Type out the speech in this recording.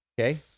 Okay